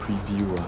preview ah